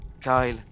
Kyle